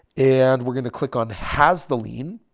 and we're going to click on has the lien